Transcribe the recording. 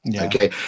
Okay